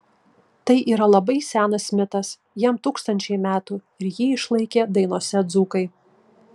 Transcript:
tai yra labai senas mitas jam tūkstančiai metų ir jį išlaikė dainose dzūkai